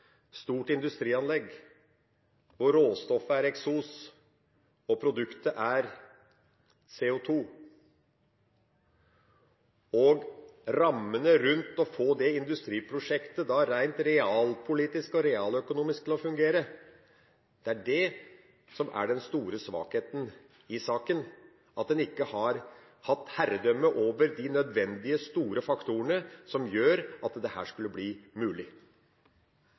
stort industrianlegg hvor råstoffet er eksos og produktet CO2. Og det er rammene rundt det å få dette industriprosjektet rent realpolitisk og realøkonomisk til å fungere, som er den store svakheten i saken, at en ikke har hatt herredømme over de nødvendige, store faktorene som gjør at dette skulle bli mulig.